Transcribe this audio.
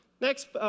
next